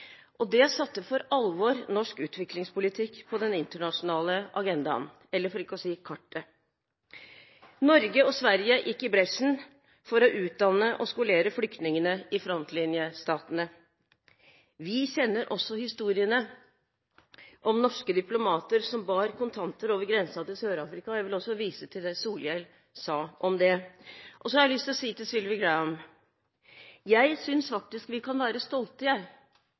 landet. Det satte for alvor norsk utviklingspolitikk på den internasjonale agendaen, for ikke å si kartet. Norge og Sverige gikk i bresjen for å utdanne og skolere flyktningene i frontlinjestatene. Vi kjenner også historiene om norske diplomater som bar kontanter over grensen til Sør-Afrika. Jeg vil også vise til det Solhjell sa om det. Så har jeg lyst til å si til Sylvi Graham: Jeg synes faktisk vi kan være stolt av det arbeidet vi har gjort, og hvordan vi i